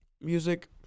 Music